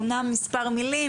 אמנם מספר מילים,